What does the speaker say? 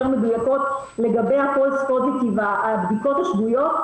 מדויקות לגבי ה-false positive והבדיקות השגויות,